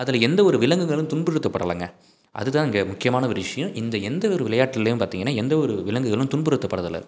அதில் எந்த ஒரு விலங்குகளும் துன்புறுத்தப்படலைங்க அதுதான் இங்கே ஒரு முக்கியமான ஒரு விஷயம் இந்த எந்த ஒரு விளையாட்டுலேயும் பார்த்திங்கன்னா எந்த ஒரு விலங்குகளும் துன்புறுத்தப்படுறதுல்ல